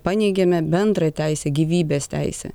paneigiame bendrą teisę gyvybės teisę